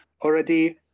already